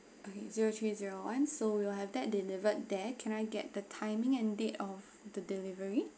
okay zero three zero one so we will have that delivered there can I get the timing and date of the delivery